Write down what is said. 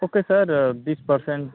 okay sir बीस percent